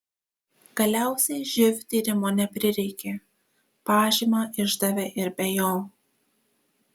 galiausiai živ tyrimo neprireikė pažymą išdavė ir be jo